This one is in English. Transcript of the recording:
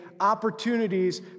Opportunities